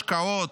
השקעות,